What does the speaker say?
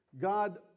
God